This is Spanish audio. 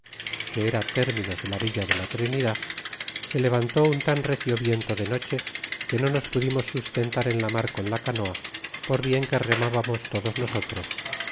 que era términos de la villa de la trinidad se levantó un tan recio viento de noche que no nos pudimos sustentar en la mar con la canoa por bien que remábamos todos nosotros